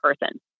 person